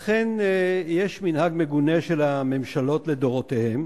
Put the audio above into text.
לכן יש מנהג מגונה של הממשלות לדורותיהן,